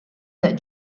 that